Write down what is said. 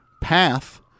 path